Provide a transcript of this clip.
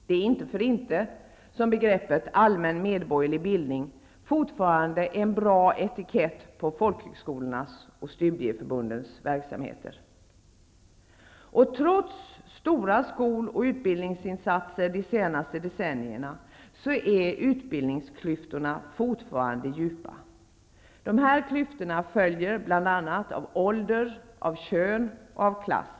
Det är inte för inte som begreppet ''allmän medborgerlig bildning'' fortfarande är en bra etikett på folkhögskolornas och studieförbundens verksamheter. Trots stora skol och utbildningsinsatser de senaste decennierna är utbildningsklyftorna fortfarande djupa. Klyftorna följer bl.a. av ålder, kön och klass.